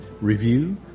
review